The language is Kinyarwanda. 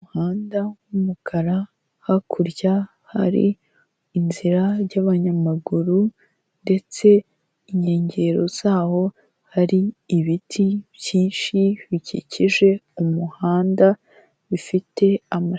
Umuhanda w'umukara, hakurya hari inzira y'abanyamaguru ndetse inkengero zawo hari ibiti byinshi bikikije umuhanda bifite amasha...